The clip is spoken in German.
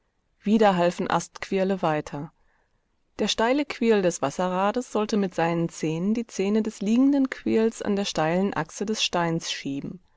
wieder halfen astquirle weiter der steile quirl des wasserrades sollte mit seinen zähnen die zähne des liegenden quirls an der steilen achse des steins schieben